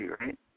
right